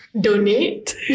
donate